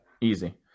Easy